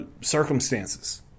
circumstances